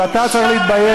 אבל אתה צריך להתבייש.